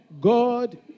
God